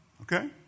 Okay